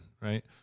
Right